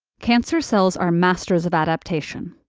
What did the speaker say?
cancer cells are masters of adaptation,